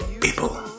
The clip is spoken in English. People